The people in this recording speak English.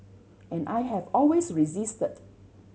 and I have always resisted